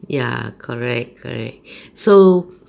ya correct correct so